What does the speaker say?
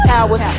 Towers